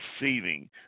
receiving